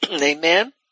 Amen